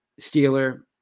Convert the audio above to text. Steeler